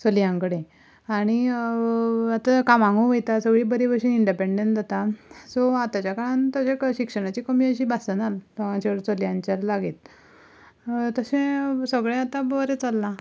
चलयां कडे आनी आतां कामाकू वयता चड ती बरे भशेन इंडेपेडंट जाता सो आतांच्या काळान तशें शिक्षणाची कमी अशी भासना चलयांच्याच लागीं तशें सगलें आतां बरें चललां